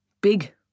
Big